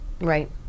Right